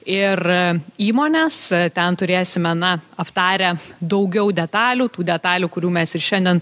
ir įmonės ten turėsime na aptarę daugiau detalių tų detalių kurių mes ir šiandien